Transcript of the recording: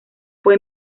fue